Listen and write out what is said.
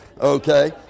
okay